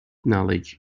knowledge